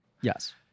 yes